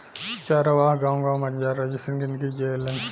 चरवाह गावं गावं बंजारा जइसन जिनगी जिऐलेन